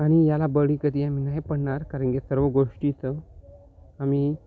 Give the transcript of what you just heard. आणि याला बळी कधी आम्ही नाही पडणार कारण की सर्व गोष्टीचं आम्ही